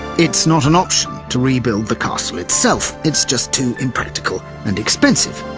it's not an option to rebuild the castle itself, it's just too impractical and expensive.